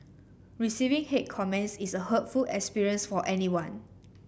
receiving hate comments is a hurtful experience for anyone